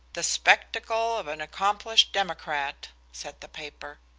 the spectacle of an accomplished democrat, said the paper,